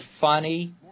funny